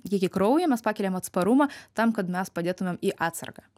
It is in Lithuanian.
kiekį kraujyje mes pakeliam atsparumą tam kad mes padėtumėm į atsargą